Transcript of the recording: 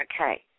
Okay